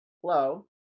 flow